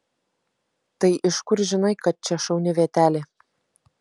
tai iš kur žinai kad čia šauni vietelė